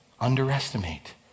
underestimate